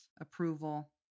approval